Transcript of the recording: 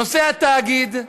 נושא התאגיד,